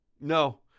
No